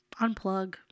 unplug